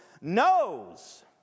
knows